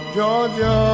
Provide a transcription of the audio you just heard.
Georgia